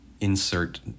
insert